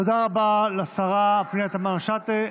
תודה רבה לשרה פנינה תמנו שאה.